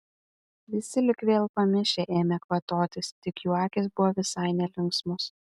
visi vėl lyg pamišę ėmė kvatotis tik jų akys buvo visai nelinksmos